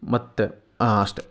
ಮತ್ತು ಅಷ್ಟೆ